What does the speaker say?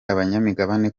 abanyamigabane